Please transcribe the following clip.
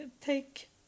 take